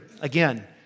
again